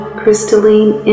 crystalline